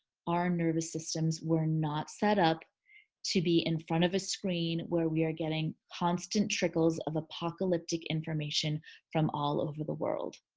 our nervous systems were not set up to be in front of a screen where we are getting constant trickles of apocalyptic information from all over the world.